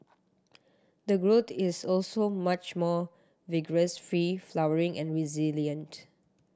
the growth is also much more vigorous free flowering and resilient